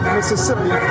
Mississippi